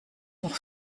noch